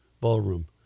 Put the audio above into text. Ballroom